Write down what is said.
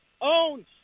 owns